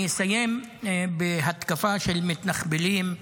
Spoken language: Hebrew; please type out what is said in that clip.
אני אסיים בהתקפה של מתנחבלים,